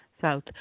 south